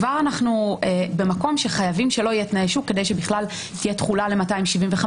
כבר אנחנו במקום שחייבים שלא יהיה תנאי שוק כדי שבכלל תהיה תחולה ל-275,